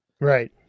Right